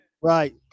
right